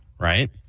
right